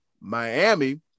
Miami